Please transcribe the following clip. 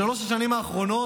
בשלוש השנים האחרונות,